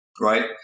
right